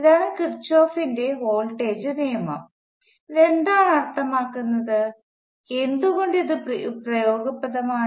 ഇതാണ് കിർചോഫിന്റെ വോൾട്ടേജ് നിയമം ഇത് എന്താണ് അർത്ഥമാക്കുന്നത് എന്തുകൊണ്ട് ഇത് ഉപയോഗപ്രദമാണ്